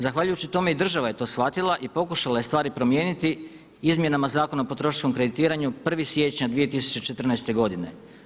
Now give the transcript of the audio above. Zahvaljujući tome i država je to shvatila i pokušala je stvari promijeniti izmjenama Zakona o potrošačkom kreditiranju 1. siječnja 2014. godine.